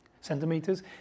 centimeters